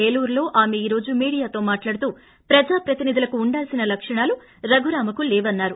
ఏలూరులో ఆమె నేడు మీడియాతో మాటాడుతూ ప్రజాప్రతినిధులకు ఉండాల్సిన లక్షణాలు రఘురామకు లేవన్సారు